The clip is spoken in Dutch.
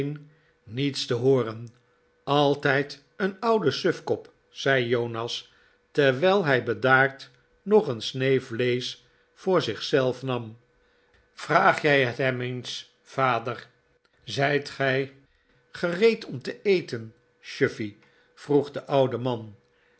niets te hooren altijd een oude sufkop zei jonas terwel hij bedaard nog een snee vleesch voor ich zelf nam vraag jij het hem eens vader zijt ge gereed om te eten chuffey vroeg de oude man